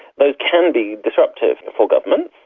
those can be disruptive for governments.